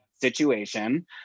situation